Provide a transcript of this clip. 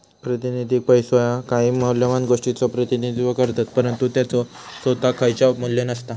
प्रातिनिधिक पैसो ह्या काही मौल्यवान गोष्टीचो प्रतिनिधित्व करतत, परंतु त्याचो सोताक खयचाव मू्ल्य नसता